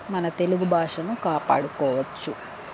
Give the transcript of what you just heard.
మన తెలుగు భాషను కాపాడుకోవచ్చు